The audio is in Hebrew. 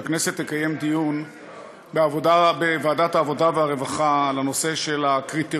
ביקשתי שהכנסת תקיים דיון בוועדת העבודה והרווחה על נושא הקריטריונים